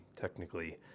technically